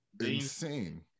Insane